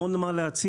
המון מה להציע,